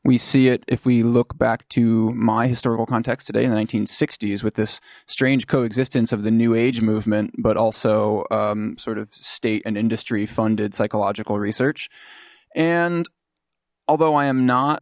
we see it if we look back to my historical context today in the s with this strange coexistence of the new age movement but also sort of state and industry funded psychological research and although i am not